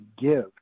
give